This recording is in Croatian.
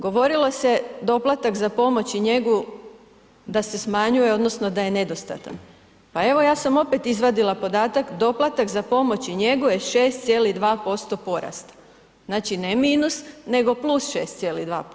Govorilo se doplatak za pomoć i njegu, da se smanjuje odnosno da je nedostatan, pa evo ja sam opet izvadila podatak, doplatak za pomoć i njegu je 6,2% porasta, znači ne minus nego +6,2%